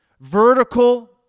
vertical